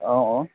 অঁ অঁ